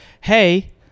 hey